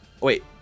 wait